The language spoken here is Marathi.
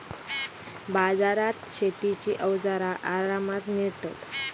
बाजारात शेतीची अवजारा आरामात मिळतत